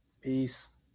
Peace